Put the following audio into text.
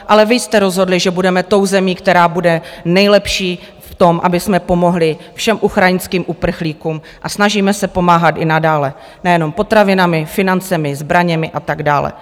Ale vy jste rozhodli, že budeme tou zemí, která bude nejlepší v tom, abychom pomohli všem ukrajinským uprchlíkům a snažíme se pomáhat i nadále nejenom potravinami, financemi, zbraněmi a tak dále.